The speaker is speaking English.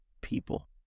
people